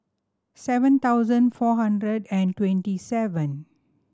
seven thousand four hundred and twenty seven